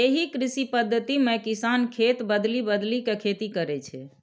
एहि कृषि पद्धति मे किसान खेत बदलि बदलि के खेती करै छै